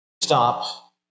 stop